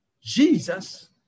Jesus